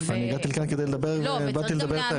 אני הגעתי לכאן כדי לדבר את האמת,